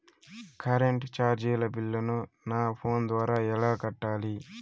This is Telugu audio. కరెంటు చార్జీల బిల్లును, నా ఫోను ద్వారా ఎలా కట్టాలి?